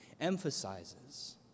emphasizes